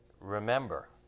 Remember